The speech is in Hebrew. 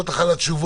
זה שהלכנו לסגר הזה,